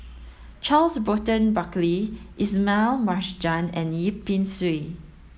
Charles Burton Buckley Ismail Marjan and Yip Pin Xiu